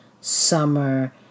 summer